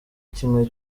kimwe